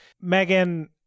Megan